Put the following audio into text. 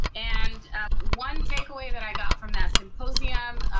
and one takeaway that i got from that symposium,